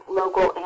local